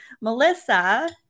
Melissa